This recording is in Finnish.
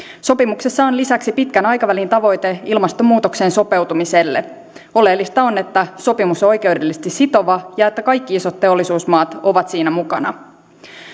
sopimuksessa on lisäksi pitkän aikavälin tavoite ilmastonmuutokseen sopeutumiselle oleellista on että sopimus on oikeudellisesti sitova ja että kaikki isot teollisuusmaat ovat siinä mukana